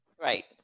Right